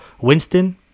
winston